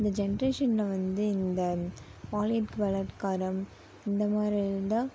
இந்த ஜென்ரேஷனில் வந்து இந்த பாலியல் பலாத்காரம் இந்த மாதிரி இருந்தால்